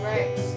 Right